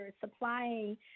supplying